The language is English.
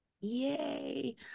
yay